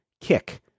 KICK